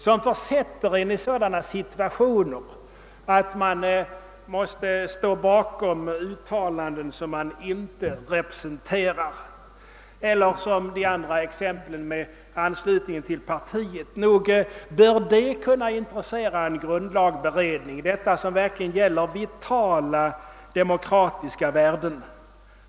Nog bör det kunna intressera grundlagberedningen, detta som verkli Åtgärder för att fördjupa och stärka det svenska folkstyret gen gäller vitala demokratiska värden.